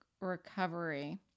recovery